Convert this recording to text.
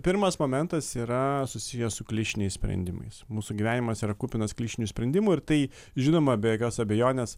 pirmas momentas yra susiję su klišiniais sprendimais mūsų gyvenimas yra kupinas klišinių sprendimų ir tai žinoma be jokios abejonės